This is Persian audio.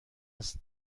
است